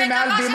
אני נורא מצטערת.